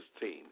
team